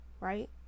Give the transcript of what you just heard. right